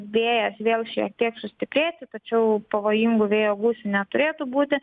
vėjas vėl šiek tiek sustiprės tačiau pavojingų vėjo gūsių neturėtų būti